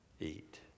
eat